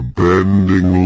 bending